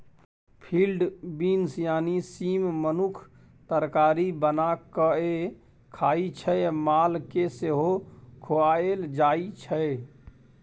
field beans यानी सीम मनुख तरकारी बना कए खाइ छै मालकेँ सेहो खुआएल जाइ छै